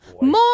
More